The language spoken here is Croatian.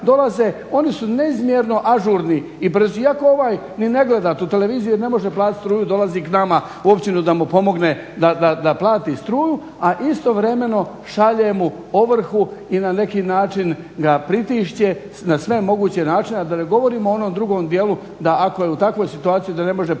oni su neizmjerno ažurni i ako ovaj ni ne gleda tu televiziju jer ne može platiti struju, dolazi k nama u općinu da mu pomogne da plati struju, a istovremeno šalje mu ovrhu i na neki način ga pritišće na sve moguće načine, a da ne govorimo o onom drugom djelu da ako je u takvoj situaciji, da ne može povući